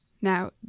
Now